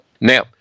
Now